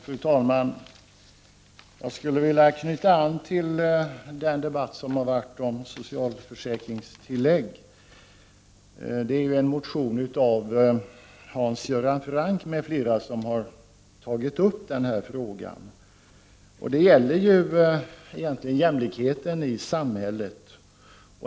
Fru talman! Jag skulle vilja knyta an till den debatt som har förts om soci 69 alförsäkringstillägg. Denna fråga har tagits upp i en motion av Hans Göran Franck m.fl. Det gäller egentligen jämlikheten i samhället.